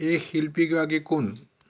এই শিল্পীগৰাকী কোন